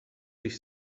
sich